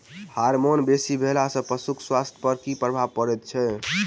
Hormone बेसी भेला सॅ पशुक स्वास्थ्य पर की प्रभाव पड़ैत छै?